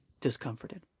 discomforted